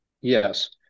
yes